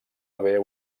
haver